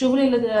חשוב לי להדגיש